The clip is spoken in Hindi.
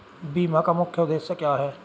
बीमा का मुख्य उद्देश्य क्या है?